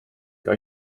ning